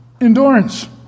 endurance